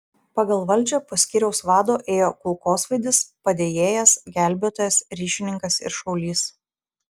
pagal valdžią po skyriaus vado ėjo kulkosvaidis padėjėjas gelbėtojas ryšininkas ir šaulys